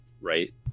right